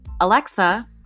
Alexa